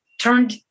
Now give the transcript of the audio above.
turned